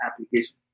application